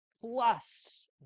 plus